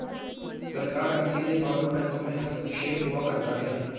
सरकार का सीधे तौर पर बैंकों में हस्तक्षेप हुआ करता है